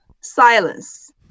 Silence